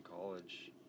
college